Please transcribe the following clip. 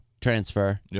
transfer